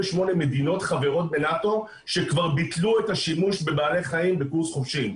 מדינות חברות בנאט"ו שכבר ביטלו את השימוש בבעלי חיים בקורס חובשים.